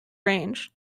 range